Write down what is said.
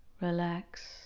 relax